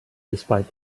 despite